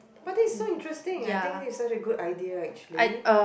but this is so interesting I think this is such a good idea actually